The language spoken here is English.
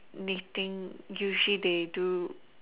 knitting usually they do